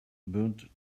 burned